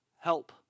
help